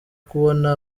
kubona